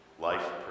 Life